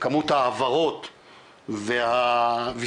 כמות העברות והויסותים,